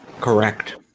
Correct